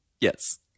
Yes